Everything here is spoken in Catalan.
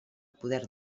poder